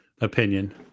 opinion